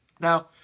now